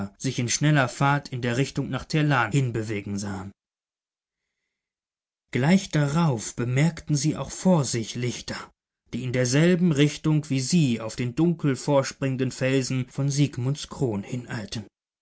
sich in schneller fahrt in der richtung nach terlan hinbewegen sahen gleich darauf bemerkten sie auch vor sich lichter die in derselben richtung wie sie auf den dunkel vorspringenden felsen von sigmundskron